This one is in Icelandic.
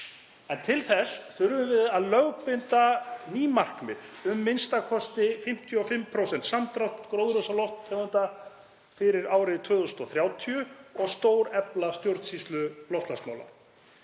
En til þess þurfum við að lögbinda ný markmið um a.m.k. 55% samdrátt gróðurhúsalofttegunda fyrir árið 2030 og stórefla stjórnsýslu loftslagsmála.